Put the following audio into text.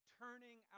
turning